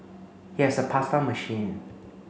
he has a pasta machine